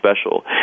special